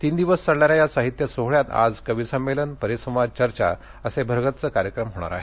तीन दिवस चालणाऱ्या या साहित्य सोहळ्यात आज कवी संमेलन परिसंवाद चर्चा असे भरगच्च कार्यक्रम होणार आहेत